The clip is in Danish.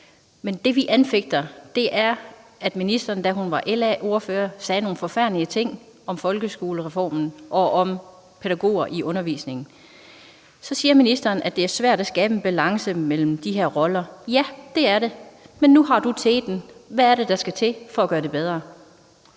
Men det, vi anfægter, er, at ministeren, da hun var LA's ordfører, sagde nogle forfærdelige ting om folkeskolereformen og om pædagoger i undervisningen. Så siger ministeren, at det er svært at skabe en balance mellem de her roller. Ja, det er det, men nu har du taget teten. Hvad er det, der skal til for at gøre det bedre?